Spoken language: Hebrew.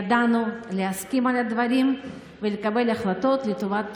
ידענו להסכים על הדברים ולקבל החלטות לטובת התושבים,